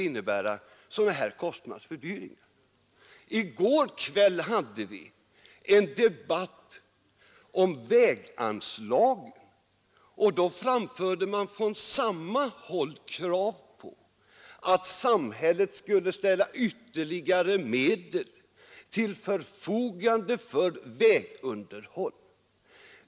I går kväll hade vi en debatt om väganslagen. Då framfördes från reservanthåll krav på att samhället skulle ställa ytterligare medel till förfogande för vägunderhåll.